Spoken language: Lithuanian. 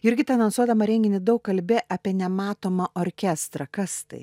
jurgita anonsuodama renginį daug kalbi apie nematomą orkestrą kas tai